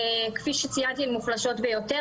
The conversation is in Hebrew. כפי שציינתי, הן מוחלשות ביותר.